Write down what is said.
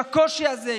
עם הקושי הזה,